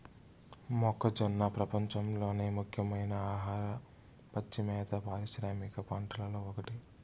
మొక్కజొన్న ప్రపంచంలోని ముఖ్యమైన ఆహార, పచ్చి మేత పారిశ్రామిక పంటలలో ఒకటి